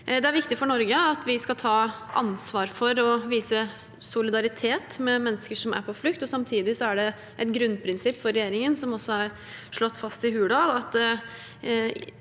Det er viktig for Norge at vi skal ta ansvar for og vise solidaritet med mennesker som er på flukt. Samtidig er det et grunnprinsipp for regjeringen, som også er slått fast i